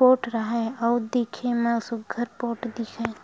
पोठ राहय अउ दिखे म सुग्घर पोठ दिखय